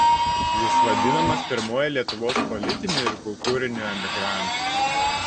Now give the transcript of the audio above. jis vadinamas pirmuoju lietuvos politiniu ir kultūriniu emigrantu